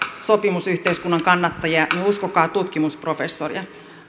sopimusyhteiskunnan kannattajia niin uskokaa tutkimusprofessoria